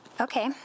Okay